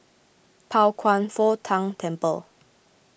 Pao Kwan Foh Tang Temple